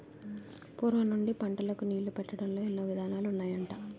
పూర్వం నుండి పంటలకు నీళ్ళు పెట్టడంలో ఎన్నో విధానాలు ఉన్నాయట